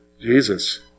Jesus